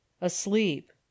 asleep